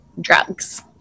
drugs